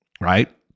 right